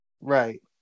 right